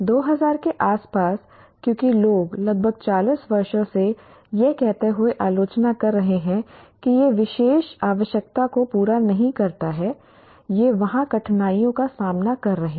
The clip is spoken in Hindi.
2000 के आसपास क्योंकि लोग लगभग 40 वर्षों से यह कहते हुए आलोचना कर रहे हैं कि यह विशेष आवश्यकता को पूरा नहीं करता है ये वहाँ कठिनाइयों का सामना कर रहे हैं